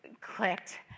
clicked